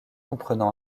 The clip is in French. comprenant